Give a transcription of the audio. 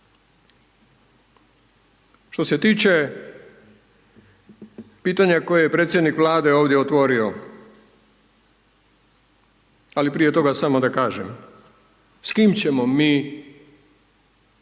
Što se tiče pitanja koja je predsjednik Vlade ovdje otvorio, ali prije toga samo da kažem, s kim ćemo mi na